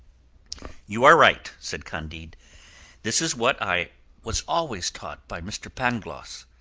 you are right, said candide this is what i was always taught by mr. pangloss,